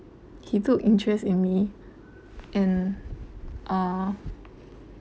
he took interest in me and uh